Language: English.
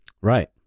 Right